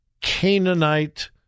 Canaanite